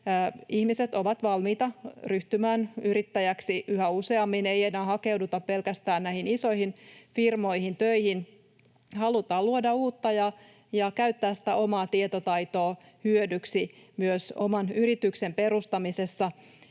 ihmiset ovat valmiita ryhtymään yrittäjiksi yhä useammin. Ei enää hakeuduta pelkästään näihin isoihin firmoihin töihin. Halutaan luoda uutta ja käyttää sitä omaa tietotaitoa hyödyksi myös oman yrityksen perustamisessa.